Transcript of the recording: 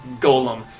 golem